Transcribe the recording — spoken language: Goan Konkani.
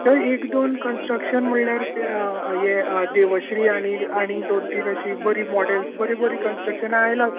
थंय एक दोन कंस्ट्रक्शन म्हणल्यार हें देवश्री आनी आनी दोन तीन अशीं बरी मोडल्स बरी बरी कंस्ट्रक्शनां आयल्या सर